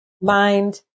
mind